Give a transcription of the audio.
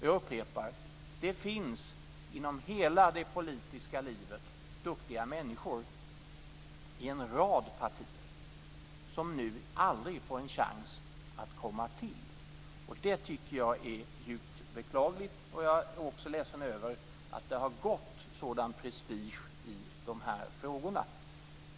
Jag upprepar: Det finns inom hela det politiska livet duktiga människor i en rad partier som nu aldrig får en chans att komma till, och det tycker jag är djupt beklagligt. Jag är också ledsen över att det har gått sådan prestige i de här frågorna.